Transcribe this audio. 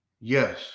Yes